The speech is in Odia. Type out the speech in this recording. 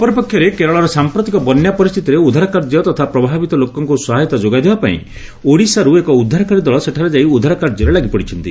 ଅପରପକ୍ଷରେ କେରଳର ସାମ୍ପ୍ରତିକ ବନ୍ୟା ପରିସ୍ତିତିରେ ଉଦ୍ଧାରକାର୍ଯ୍ୟ ତଥା ପ୍ରଭାବିତ ଲୋକଙ୍କୁ ସହାୟତା ଯୋଗାଇଦେବା ପାଇଁ ଓଡ଼ିଶାରୁ ଏକ ଉଦ୍ଧାରକାରୀ ଦଳ ସେଠାରେ ଯାଇ ଉଦ୍ଧାର କାର୍ଯ୍ୟରେ ଲାଗିପଡ଼ିଛନ୍ତି